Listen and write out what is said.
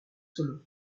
solos